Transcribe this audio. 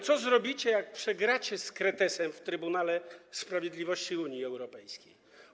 Co zrobicie, jak przegracie z kretesem w Trybunale Sprawiedliwości Unii Europejskiej?